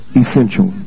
essential